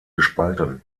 gespalten